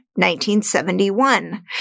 1971